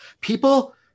People